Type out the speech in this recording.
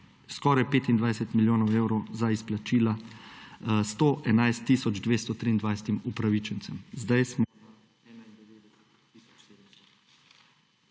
skoraj 25 milijonov evrov za izplačila 111 tisoč 223 upravičencem.